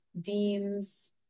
deems